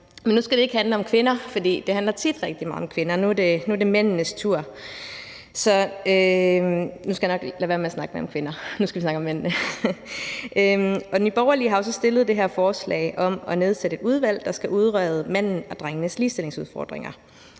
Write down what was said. Men nu skal det ikke handle om kvinder, for det handler tit rigtig meget om kvinder. Nu er det mændenes tur, så nu skal jeg nok lade være med at snakke mere om kvinder; nu skal vi snakke om mændene. Nye Borgerlige har så fremsat det her forslag om at nedsætte et udvalg, der skal udrede mændenes og drengenes ligestillingsudfordringer,